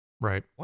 Right